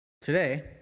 Today